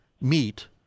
meet